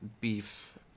beef